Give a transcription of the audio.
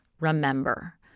remember